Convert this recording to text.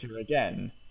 again